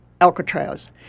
Alcatraz